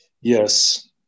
Yes